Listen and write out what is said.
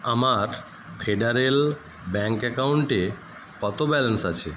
আমার Federal Bank অ্যাকাউন্টে কতো ব্যালেন্স আছে